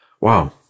Wow